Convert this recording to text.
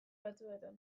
batzuetan